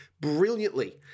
brilliantly